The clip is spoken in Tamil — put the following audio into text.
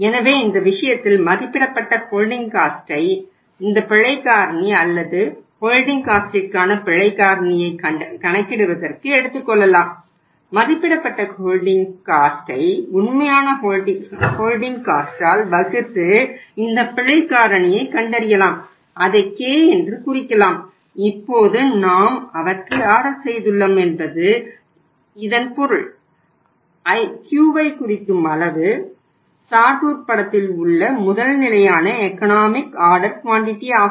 எனவே இந்த விஷயத்தில் மதிப்பிடப்பட்ட ஹோல்டிங் காஸ்ட்டை ஆகும்